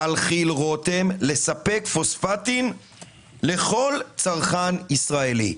על כי"ל רותם לספק פוספטים לכל צרכן ישראלי.